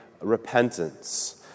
repentance